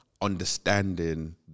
understanding